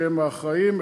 שהם האחראים,